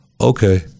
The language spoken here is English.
okay